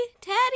Teddy